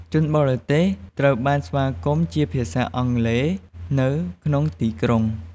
ជនបរទេស ត្រូវបានស្វាគមន៍ជាភាសាអង់គ្លេសនៅក្នុងទីក្រុង។